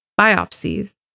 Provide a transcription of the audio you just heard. biopsies